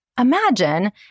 imagine